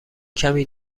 کمی